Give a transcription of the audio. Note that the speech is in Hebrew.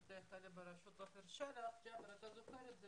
בראשות עפר שלח ג'אבר, אתה בוודאי זוכר את זה